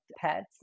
pets